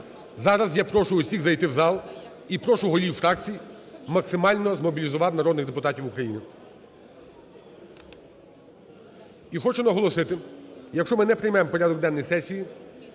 Зараз я прошу всіх зайти в зал і прошу голів фракцій максимально змобілізувати народних депутатів України. І хочу наголосити. Якщо ми не приймемо порядок денний сесії,